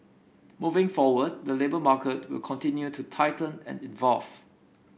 moving forward the labour market will continue to tighten and evolve